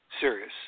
serious